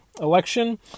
election